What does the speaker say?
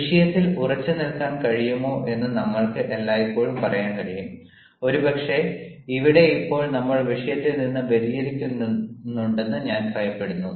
വിഷയത്തിൽ ഉറച്ചുനിൽക്കാൻ കഴിയുമോ എന്ന് നമ്മൾക്ക് എല്ലായ്പ്പോഴും പറയാൻ കഴിയും ഒരുപക്ഷേ ഇവിടെ ഇപ്പോൾ നമ്മൾ വിഷയത്തിൽ നിന്ന് വ്യതിചലിക്കുന്നുണ്ടെന്ന് ഞാൻ ഭയപ്പെടുന്നു